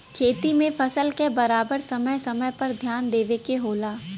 खेती में फसल क बराबर समय समय पर ध्यान देवे के होला